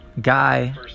guy